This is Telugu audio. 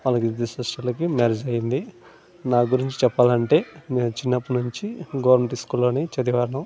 ఆల్లకి ఇద్దరు సిస్టర్లకీ మ్యరేజ్ అయ్యింది నా గురించి చెప్పాలంటే నేను చిన్నప్పటి నుంచి గవర్నమెంట్ స్కూల్లోనే చదివాను